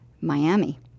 Miami